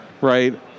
right